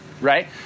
right